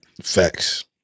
Facts